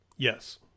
Yes